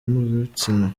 mpuzabitsina